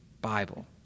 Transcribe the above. Bible